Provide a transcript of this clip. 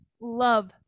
love